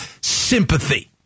sympathy